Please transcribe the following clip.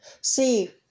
See